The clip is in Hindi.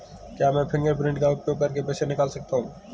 क्या मैं फ़िंगरप्रिंट का उपयोग करके पैसे निकाल सकता हूँ?